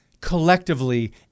collectively